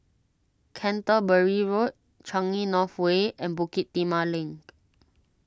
Canterbury Road Changi North Way and Bukit Timah Link